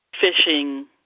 fishing